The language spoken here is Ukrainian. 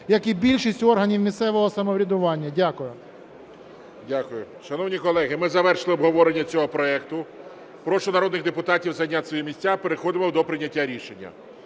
як і більшість органів місцевого самоврядування. Дякую. ГОЛОВУЮЧИЙ. Дякую. Шановні колеги, ми завершили обговорення цього проекту. Прошу народних депутатів зайняти свої місця. Переходимо до прийняття рішення.